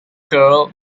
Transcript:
girl